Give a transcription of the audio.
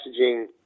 messaging